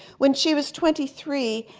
when she was twenty three,